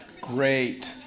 Great